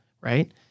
right